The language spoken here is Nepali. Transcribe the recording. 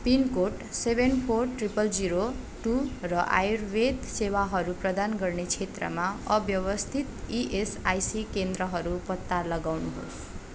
pin code seven four triple zero two र आयुर्वेद सेवाहरू प्रदान गर्ने क्षेत्रमा अव्यवस्थित इएसआइसी केन्द्रहरू पत्ता लगाउनुहोस्